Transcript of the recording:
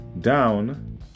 down